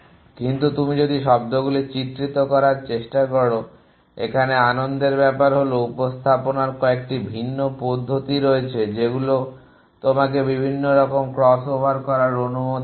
কিন্তু তুমি যদি শব্দগুলি চিত্রিত করার চেষ্টা করো এখানে আনন্দের ব্যাপার হল উপস্থাপনার কয়েকটি ভিন্ন পদ্ধতি রয়েছে যেগুলো তোমাকে বিভিন্ন রকম ক্রসওভার করার অনুমতি দেয়